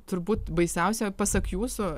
turbūt baisiausia pasak jūsų